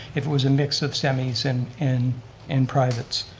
if it was a mix of semis and and and privates.